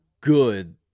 good